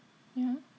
yeah